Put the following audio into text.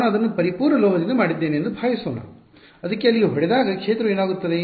ನಾನು ಅದನ್ನು ಪರಿಪೂರ್ಣ ಲೋಹದಿಂದ ಮಾಡಿದ್ದೇನೆ ಎಂದು ಭಾವಿಸೋಣ ಅದು ಅಲ್ಲಿಗೆ ಹೊಡೆದಾಗ ಕ್ಷೇತ್ರಕ್ಕೆ ಏನಾಗುತ್ತದೆ